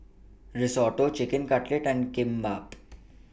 Risotto Chicken Cutlet and Kimbap